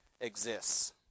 exists